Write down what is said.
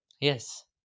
Yes